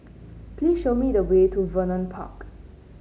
please show me the way to Vernon Park